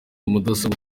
mudasobwa